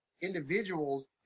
individuals